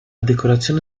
decorazione